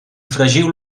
fregiu